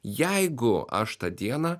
jeigu aš tą dieną